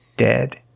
Dead